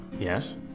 Yes